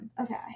Okay